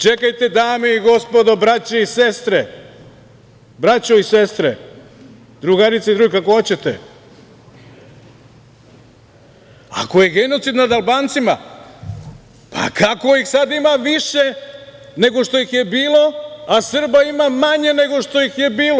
Čekajte, dame i gospodo, braćo i sestre, drugarice i drugovi, kako hoćete, ako je genocid nad Albancima, kako ih sada ima više nego što ih je bilo, a Srba ima manje nego što ih je bilo?